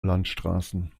landstraßen